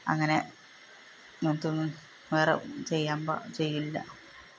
അങ്ങനെ ഇങ്ങനെത്തേതൊന്നും വേറെ ചെയ്യാൻ ചെയ്യില്ല